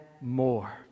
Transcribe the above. more